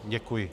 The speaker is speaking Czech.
Děkuji.